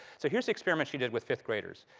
so here's the experiments she did with fifth graders.